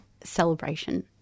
celebration